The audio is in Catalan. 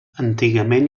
antigament